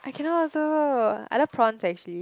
I cannot also I love prawns actually